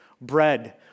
Bread